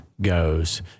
goes